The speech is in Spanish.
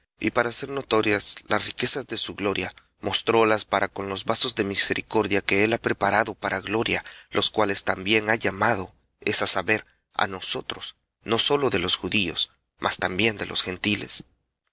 y para hacer notorias las riquezas de su gloria para con los vasos de misericordia que él ha preparado para gloria los cuales también ha llamado á nosotros no sólo de los judíos mas también de los gentiles